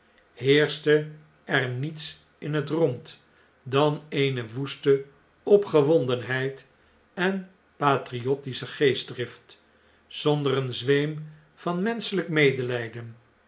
heerschte er niets in het rond dan eene woeste opgewondenheid en patriottische geestdrift zonder een zweem van menschelp medeljjden